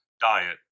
diet